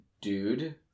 dude